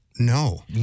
No